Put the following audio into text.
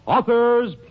Author's